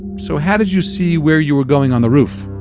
so how did you see where you were going on the roof?